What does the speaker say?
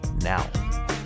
now